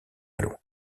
malo